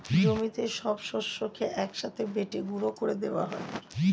জমিতে সব শস্যকে এক সাথে বেটে গুঁড়ো করে দেওয়া হয়